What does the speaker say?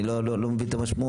אני לא מבין את המשמעות.